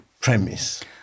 premise